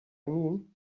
mean